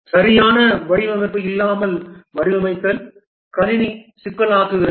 சரியான வடிவமைப்பு இல்லாமல் வடிவமைத்தல் கணினி சிக்கலானதாகிறது